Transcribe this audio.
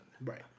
Right